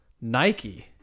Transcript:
Nike